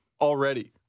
already